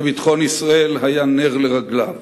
שביטחון ישראל היה נר לרגליו.